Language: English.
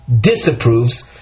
disapproves